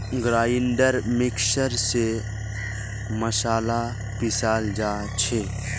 grinder mixer स मसाला पीसाल जा छे